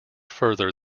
further